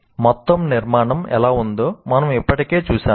మొత్తం నిర్మాణం ఎలా ఉందో మనము ఇప్పటికే చూశాము